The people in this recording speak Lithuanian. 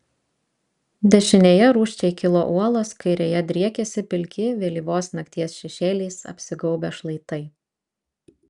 dešinėje rūsčiai kilo uolos kairėje driekėsi pilki vėlyvos nakties šešėliais apsigaubę šlaitai